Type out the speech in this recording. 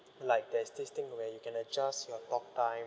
like there's this thing where you can adjust your talk time